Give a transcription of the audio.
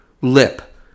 lip